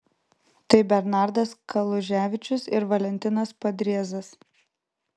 tai bernardas kaluževičius ir valentinas padriezas